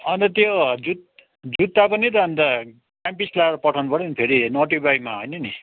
अनि त त्यो जुत जुत्ता पनि त अनि त क्यान्भस लगाएर पठाउनु पऱ्यो नि फेरि नटी ब्वायमा होइन नि